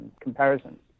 comparisons